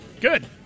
good